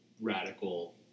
radical